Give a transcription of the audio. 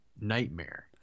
nightmare